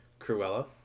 Cruella